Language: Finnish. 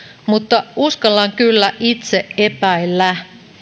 mutta uskallan kyllä itse epäillä